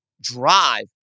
drive